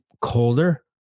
colder